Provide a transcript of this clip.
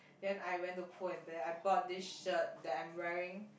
then I went to Pull and Bear I bought this shirt that I'm wearing